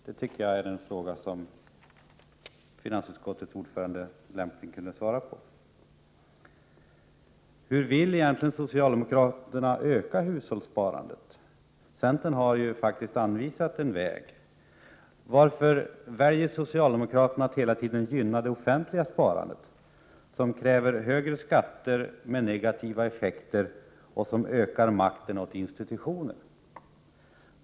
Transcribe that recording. Det är en fråga som finansutskottets ordförande lämpligen borde svara på. Hur vill egentligen socialdemokraterna öka hushållssparandet? Centern har faktiskt anvisat en väg. Varför vill socialdemokraterna hela tiden gynna det offentliga sparandet, som kräver höga skatter med negativa effekter och som ökar institutionernas makt?